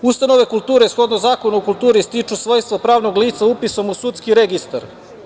Ustanove kulture, shodno Zakonu o kulturi, stiču svojstvo pravnog lica upisom u sudski registar.